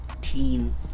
Teen